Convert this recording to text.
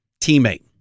teammate